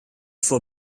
for